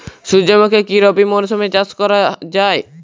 সুর্যমুখী কি রবি মরশুমে চাষ করা যায়?